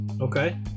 okay